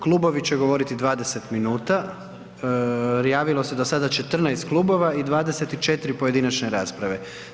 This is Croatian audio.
Klubovi će govoriti 20 minuta, javilo se do sada 14 klubova i 24 pojedinačne rasprave.